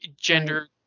gender